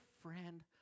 friend